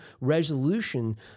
resolution